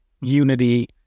unity